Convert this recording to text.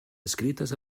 escrites